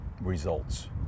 results